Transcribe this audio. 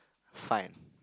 fine